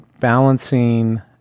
balancing